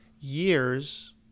years